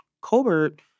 Colbert